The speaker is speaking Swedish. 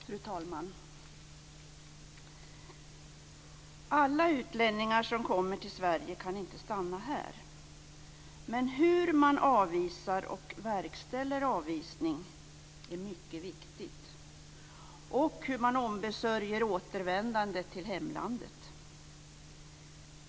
Fru talman! Alla utlänningar som kommer till Sverige kan inte stanna här. Men hur man avvisar och verkställer avvisning är mycket viktigt, och även hur man ombesörjer återvändandet till hemlandet.